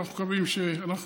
ואנחנו מקווים שנגמור.